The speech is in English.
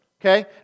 okay